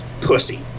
pussy